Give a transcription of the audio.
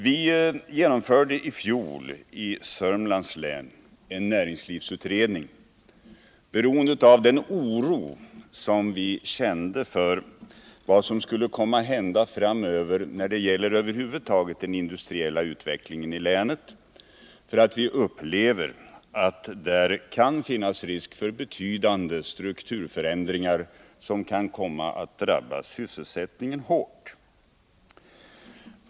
Vi genomförde i fjol i Sörmlands län en näringslivsutredning till följd av den oro vi kände för vad som skulle komma att hända framöver med den industriella utvecklingen i länet. Vi upplever att där kan finnas risk för betydande strukturförändringar som kan komma att drabba sysselsättningen hårt.